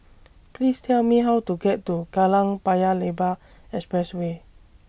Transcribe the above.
Please Tell Me How to get to Kallang Paya Lebar Expressway